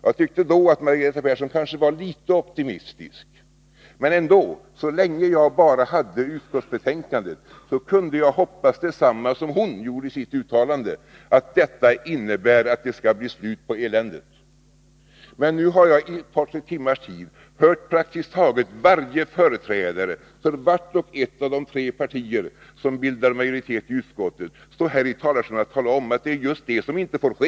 Då tyckte jag att Margareta Persson kanske var litet optimistisk. Så länge jag bara hade utskottsbetänkandet kunde jag ändå hoppas detsamma som hon hoppades sitt uttalande — att detta innebär att det skall bli slut på eländet. Men nu har jag i ett par tre timmars tid hört praktiskt taget varje företrädare för vart och ett av de tre partier som bildar majoritet i utskottet stå här i talarstolen och tala om att det ju är det som inte får ske.